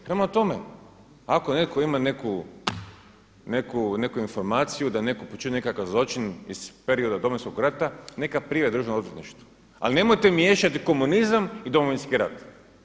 Prema tome, ako netko ima neku informaciju da je netko počinio nekakav zločin iz perioda Domovinskog rata neka prijavi Državnom odvjetništvu, ali nemojte miješati komunizam i Domovinski rat.